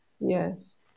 Yes